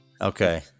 Okay